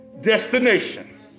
destination